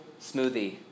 smoothie